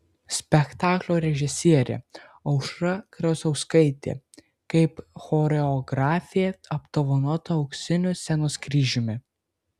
spektaklio režisierė aušra krasauskaitė kaip choreografė apdovanota auksiniu scenos kryžiumi